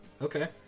Okay